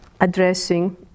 addressing